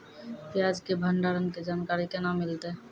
प्याज के भंडारण के जानकारी केना मिलतै?